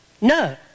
no